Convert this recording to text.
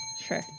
Sure